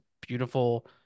beautiful